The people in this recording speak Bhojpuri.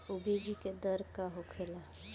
बीज के दर का होखेला?